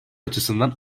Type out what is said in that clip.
açısından